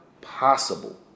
possible